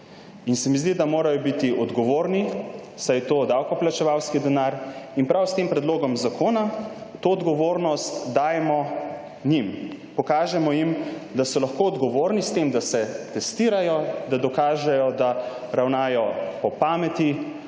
in se mi zdi, da morajo biti odgovorni, saj je to davkoplačevalski denar, in prav s tem predlogom zakona to odgovornost dajemo njim. Pokažemo jim, da so lahko odgovorni s tem, da se testirajo, da dokažejo, da ravnajo po pameti,